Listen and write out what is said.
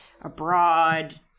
abroad